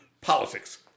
politics